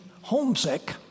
homesick